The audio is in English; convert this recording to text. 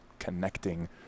connecting